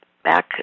back